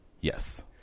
Yes